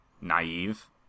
naive